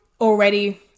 already